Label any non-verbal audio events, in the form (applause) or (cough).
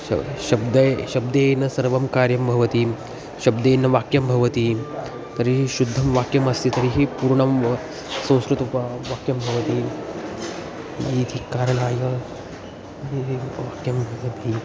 श शब्दे शब्देन सर्वं कार्यं भवति शब्देन वाक्यं भवति तर्हि शुद्धं वाक्यमस्ति तर्हि पूर्णं (unintelligible) संस्कृतवाक्यं भवति इति कारणाय (unintelligible) वाक्यम् अपि